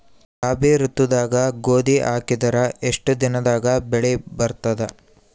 ರಾಬಿ ಋತುದಾಗ ಗೋಧಿ ಹಾಕಿದರ ಎಷ್ಟ ದಿನದಾಗ ಬೆಳಿ ಬರತದ?